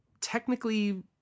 technically